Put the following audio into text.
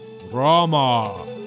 Rama